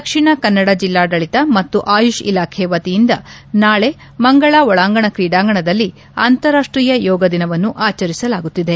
ದಕ್ಷಿಣ ಕನ್ನಡ ಜಿಲ್ಲಾಡಳಿತ ಮತ್ತು ಆಯುಷ್ ಇಲಾಖೆ ವತಿಯಿಂದ ನಾಳೆ ಮಂಗಳಾ ಒಳಾಂಗಣ ಕ್ರೀಡಾಂಗಣದಲ್ಲಿ ಅಂತಾರಾಷ್ಷೀಯ ಯೋಗ ದಿನವನ್ನು ಆಚರಿಸಲಾಗುತ್ತಿದೆ